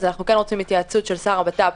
אנחנו כן רוצים התייעצות של השר לביטחון פנים,